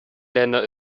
länder